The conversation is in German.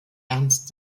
ernst